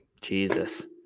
Jesus